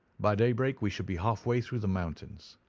by daybreak we should be half-way through the mountains.